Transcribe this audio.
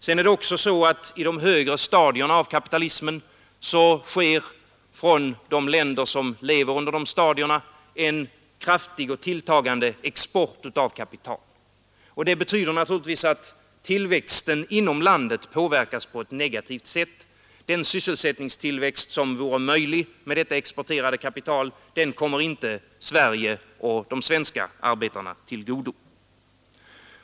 Vidare är det så att i de högre stadierna av kapitalismen sker från de länder som lever under de stadierna en kraftig och tilltagande export av kapital. Det betyder naturligtvis att tillväxten inom landet påverkas på ett negativt sätt. Den sysselsättningseffekt som vore möjlig med detta exporterade kapital kommer inte Sverige och de svenska arbetarna till godo.